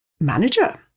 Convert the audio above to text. manager